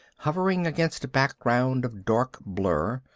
hovering against a background of dark blur,